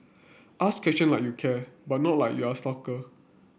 ask question like you care but not like you're a stalker